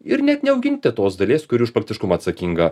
ir net neauginti tos dalies kuri už partiškumą atsakinga